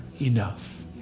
enough